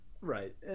Right